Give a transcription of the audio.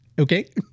Okay